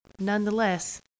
nonetheless